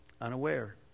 Unaware